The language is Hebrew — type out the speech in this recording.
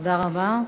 תודה רבה.